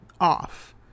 off